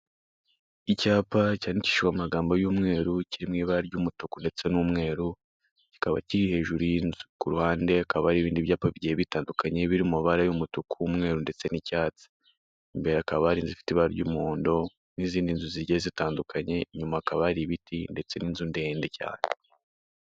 Icyapa cyandikishijwe amagambo y'umweru, kiri mu ibara ry'umutuku ndetse n'umweru, kikaba kiri hejuru y'izu ku ruhande hakaba hari ibindi byapa bigiye bitandukanye biri mu mabara y'umutuku, umweru ndetse n'icyatsi, imbere hakaba hari inzu ifite ibara ry'umuhondo n'izindi nzu zigiye zitandukanye, inyuma hakaba hari ibiti ndetse n'inzu ndende cyane.